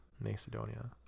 Macedonia